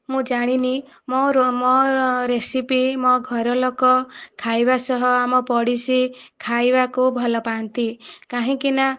ମୁଁ ଜାଣିନି ମୋର ମୋ ରେସିପି ମୋ ଘର ଲୋକ ଖାଇବା ସହ ଆମ ପଡ଼ୋଶୀ ଖାଇବାକୁ ଭଲ ପାଆନ୍ତି କାହିଁକିନା